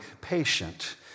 patient